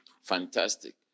Fantastic